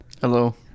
Hello